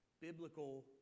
biblical